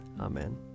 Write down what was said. Amen